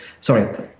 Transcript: sorry